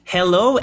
Hello